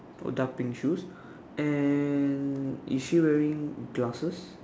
oh dark pink shoes and is she wearing glasses